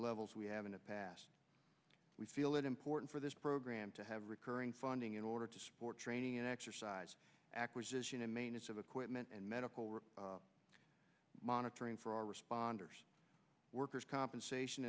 levels we have in the past we feel it important for this program to have recurring funding in order to support training exercise acquisition and manus of equipment and medical we're monitoring for all responders workers compensation